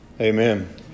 Amen